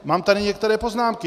Mám tady některé poznámky.